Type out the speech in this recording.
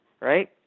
right